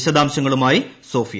വിശദാംശങ്ങളുമായി സോഫിയ